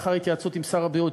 לאחר התייעצות עם שר הבריאות,